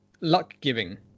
luck-giving